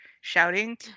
shouting